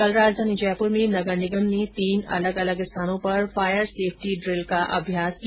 कल राजधानी जयपुर में नगर निगम ने तीन अलग अलग स्थानों पर फायर सेफ्टी ड्रिल का अभ्यास किया